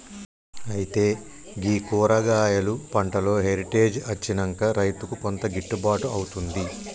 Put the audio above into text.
అయితే గీ కూరగాయలు పంటలో హెరిటేజ్ అచ్చినంక రైతుకు కొంత గిట్టుబాటు అవుతుంది